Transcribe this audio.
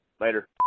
Later